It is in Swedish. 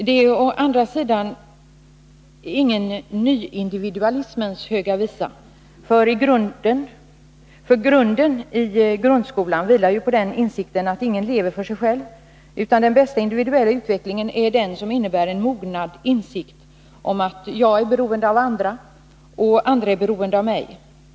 Det är å andra sidan ingen nyindividualismens höga visa, för grunden i grundskolan vilar på den insikten att ingen lever för sig själv, utan den bästa individuella utvecklingen är den som innebär en mognad, en insikt om att jag är beroende av andra och att andra är beroende av mig.